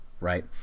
right